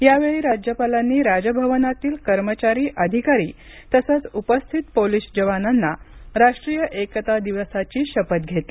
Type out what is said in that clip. यावेळी राज्यपालांनी राजभवनातील कर्मचारी अधिकारी तसंच उपस्थित पोलीस जवानांना राष्ट्रीय एकता दिवसाची शपथ घेतली